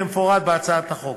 כמפורט בהצעת החוק.